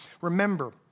remember